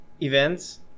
events